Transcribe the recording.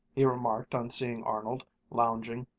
he remarked on seeing arnold, lounging,